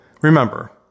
Remember